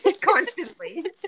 constantly